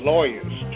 Lawyers